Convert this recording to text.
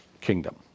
kingdom